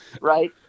right